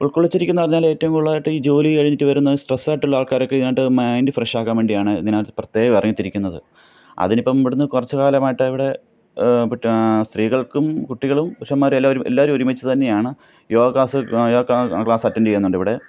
ഉൾക്കൊള്ളിച്ചിരിക്കുന്നു പറഞ്ഞാൽ ഏറ്റവും കൂടുതലായിട്ട് ഈ ജോലി കഴിഞ്ഞിട്ട് വരുന്ന സ്ട്രെസ്സായിട്ടുള്ള ആൾക്കാരൊക്കെ ഇതിനായിട്ട് മൈൻ്റ് ഫ്രഷാക്കാൻ വേണ്ടിയാണ് ഇതിനകത്ത് പ്രേത്യേകം ഇറങ്ങിത്തിരിക്കുന്നത് അതിനിപ്പം ഇവിടെ നിന്ന് കുറച്ച് കാലമായിട്ട് ഇവിടെ സ്ത്രീകൾക്കും കുട്ടികളും പുരുഷൻമാരും എല്ലാവരും എല്ലാവരും ഒരുമിച്ച് തന്നെയാണ് യോഗ ക്ലാസ്സ് ആ ക്ലാസ്സ് അറ്റന്റ് ചെയ്യുന്നുണ്ട് ഇവിടെ